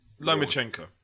Lomachenko